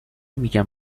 میگن